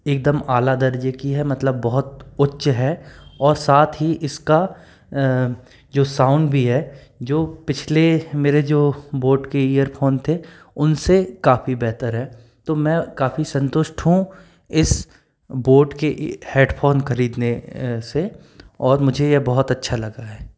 एक दम आला दर्जे की है मतलब बहुत उच्च है और साथ ही इसका जो साउंड भी है जो पिछले मेरे जो बोट के इयरफोन थे उन से काफ़ी बेहतर है तो मैं काफ़ी संतुष्ट हूँ इस बोट के हेडफोन ख़रीदने से और मुझे यह बहुत अच्छा लगा है